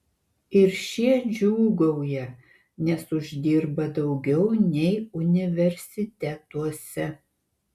ir šie džiūgauja nes uždirba daugiau nei universitetuose